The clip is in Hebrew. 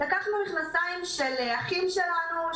לקחנו מכנסיים של אחים שלנו,